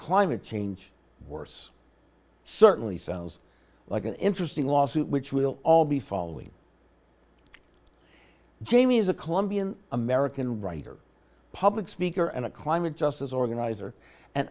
climate change worse certainly sounds like an interesting lawsuit which we'll all be following jamie is a colombian american writer public speaker and a climate justice organizer and